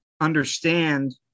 understand